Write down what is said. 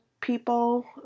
people